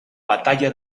batalla